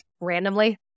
randomly